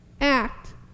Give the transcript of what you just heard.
act